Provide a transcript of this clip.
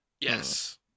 Yes